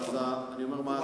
הודעת גם למנהלי בתי-הספר?